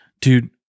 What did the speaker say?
dude